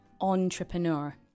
Entrepreneur